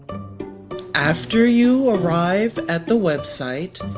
after you arrive at the website,